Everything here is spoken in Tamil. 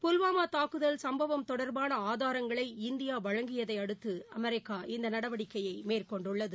புல்வாமாதாக்குதல் சும்பவம் தொடர்பானஆதாரங்களை இந்தியாவழங்கியதைஅடுத்து அமெரிக்கா இந்தநடவடிக்கையைமேற்கொண்டுள்ளது